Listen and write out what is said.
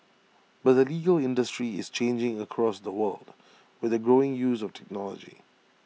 but the legal industry is changing across the world with the growing use of technology